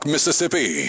Mississippi